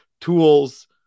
tools